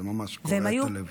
זה ממש קורע את הלב.